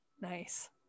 Nice